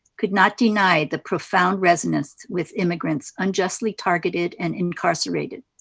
could not deny the profound resonance with immigrants unjustly targeted and incarcerated,